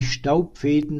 staubfäden